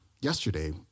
yesterday